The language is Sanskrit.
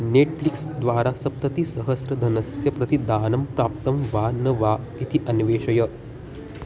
नेट्फ्लिक्स् द्वारा सप्ततिसहस्रधनस्य प्रतिदानं प्राप्तं वा न वा इति अन्वेषय